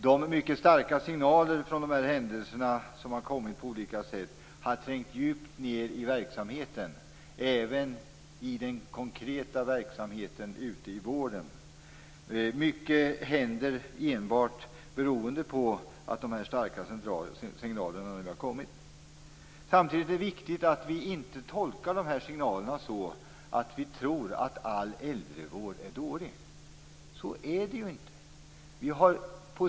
De mycket starka signaler från dessa händelser som har kommit på olika sätt har trängt djupt ned i verksamheten, även i den konkreta verksamheten ute i vården. Mycket händer enbart beroende på att dessa starka signaler nu har kommit. Samtidigt är det viktigt att vi inte tolkar dessa signaler på ett sådant sätt att vi tror att all äldrevård är dålig. Så är det ju inte.